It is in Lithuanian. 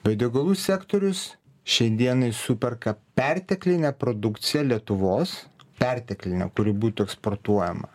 biodegalų sektorius šiai dienai superka perteklinę produkciją lietuvos perteklinę turi būti eksportuojama